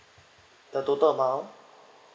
the total amount